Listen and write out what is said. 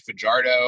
Fajardo